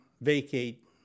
vacate